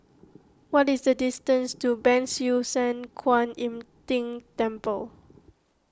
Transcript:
what is the distance to Ban Siew San Kuan Im Tng Temple